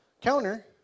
counter